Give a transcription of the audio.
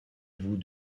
vous